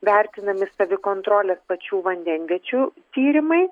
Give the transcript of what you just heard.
vertinami savikontrolės pačių vandenviečių tyrimai